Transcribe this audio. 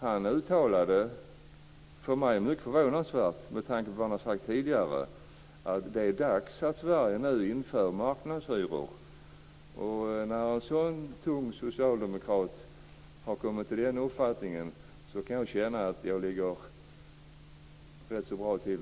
Han uttalade något som för mig var mycket förvånansvärt med tanke på vad han har sagt tidigare, nämligen att det är dags att Sverige nu inför marknadshyror. När en så tung socialdemokrat har kommit fram till den uppfattningen, kan jag känna att jag ligger rätt bra till.